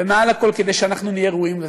ומעל לכול, כדי שאנחנו נהיה ראויים יותר.